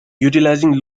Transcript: utilizing